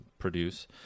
produce